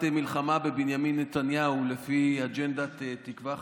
מלחמה בבנימין נתניהו לפי אג'נדת תקווה חדשה,